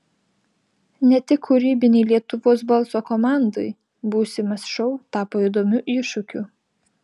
ne tik kūrybinei lietuvos balso komandai būsimas šou tapo įdomiu iššūkiu